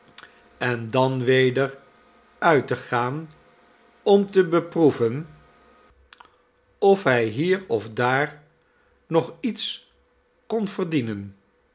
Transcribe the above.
en dan weder uit te gaan om te beproeven of hij hier of daar nog iets kon verdienen